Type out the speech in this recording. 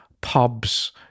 pubs